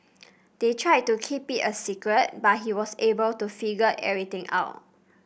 they tried to keep it a secret but he was able to figure everything out